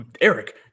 Eric